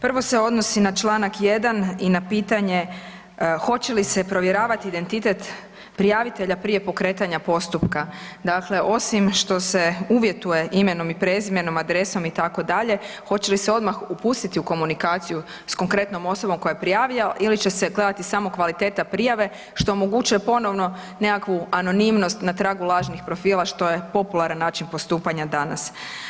Prvo se odnosi na članak 1. i na pitanje hoće li se provjeravati identitet prijavitelja prije pokretanja postupka, dakle, osim što se uvjetuje imenom i prezimenom, adresom itd., hoće li se odmah upustiti u komunikaciju s konkretnom osobom koja je prijavio ili će se gledati samo kvaliteta prijave, što omogućuje ponovno nekakvu anonimnost na tragu lažnih profila, što je popularan način postupanja danas.